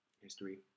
history